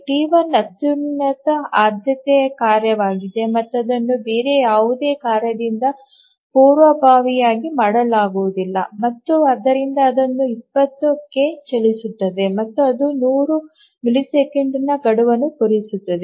T 1 ಅತ್ಯುನ್ನತ ಆದ್ಯತೆಯ ಕಾರ್ಯವಾಗಿದೆ ಮತ್ತು ಅದನ್ನು ಬೇರೆ ಯಾವುದೇ ಕಾರ್ಯದಿಂದ ಪೂರ್ವಭಾವಿಯಾಗಿ ಮಾಡಲಾಗುವುದಿಲ್ಲ ಮತ್ತು ಆದ್ದರಿಂದ ಇದು 20 ಕ್ಕೆ ಚಲಿಸುತ್ತದೆ ಮತ್ತು ಅದು 100 ಮಿಲಿಸೆಕೆಂಡ್ನ ಗಡುವನ್ನು ಪೂರೈಸುತ್ತದೆ